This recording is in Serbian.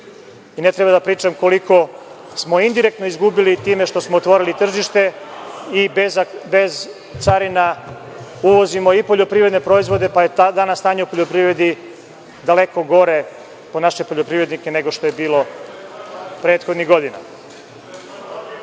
i ne treba da pričam koliko smo indirektno izgubili time što smo otvorili tržište i bez carina uvozimo i poljoprivredne proizvode, pa je danas stanje u poljoprivredi daleko gore po naše poljoprivrednike nego što je bilo prethodnih godina. Što